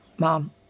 Mom